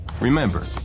remember